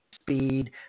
speed